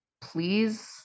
please